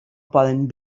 poden